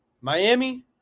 Miami